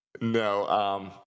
no